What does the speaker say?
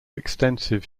extensive